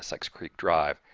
sykes creek drive,